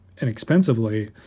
inexpensively